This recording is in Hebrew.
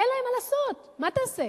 אין להם מה לעשות, מה תעשה?